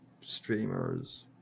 streamers